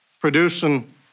producing